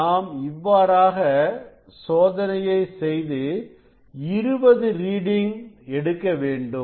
நாம் இவ்வாறாக சோதனையை செய்து 20 ரீடிங் எடுக்க வேண்டும்